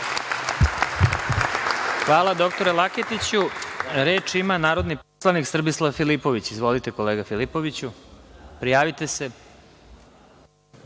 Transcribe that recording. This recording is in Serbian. Hvala, doktore Laketiću. Reč ima narodni poslanik Srbislav Filipović. Izvolite, kolega Filipoviću. **Srbislav